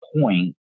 point